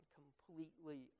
completely